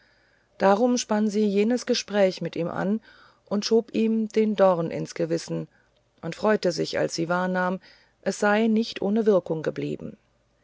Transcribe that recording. darum spann sie jenes gespräch mit ihm an und schob sie ihm den dorn ins gewissen und freute sich als sie wahrnahm es sei nicht ohne wirkung geblieben